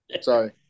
Sorry